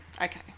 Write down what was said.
Okay